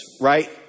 right